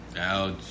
Ouch